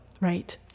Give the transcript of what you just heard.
Right